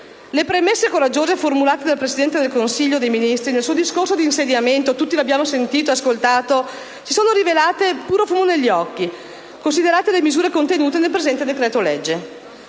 Le premesse coraggiose formulate dal Presidente del Consiglio dei ministri nel suo discorso di insediamento - lo abbiamo tutti ascoltato - si sono rivelate puro fumo negli occhi, considerate le misure contenute nel presente decreto-legge.